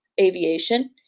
aviation